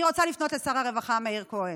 אני רוצה לפנות לשר הרווחה מאיר כהן,